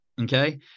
Okay